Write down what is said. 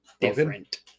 Different